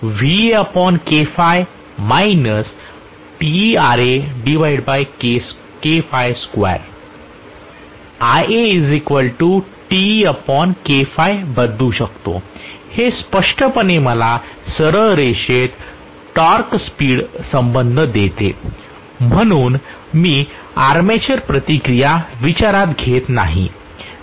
ज्यामुळे मी लिहितो ω Iaबदलू शकतो हे स्पष्टपणे मला सरळ रेषेत टॉर्क स्पीड संबंध देते परंतु मी आर्मेचर प्रतिक्रिया विचारात घेत नाही